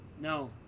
No